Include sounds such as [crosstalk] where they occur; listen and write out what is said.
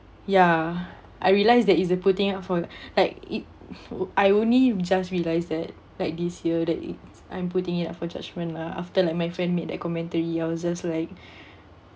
ya I realise there is a putting up for like it wo~ I only just realised that like this year that it I'm putting it up for judgement lah after like my friend made a commentary I was just like [breath]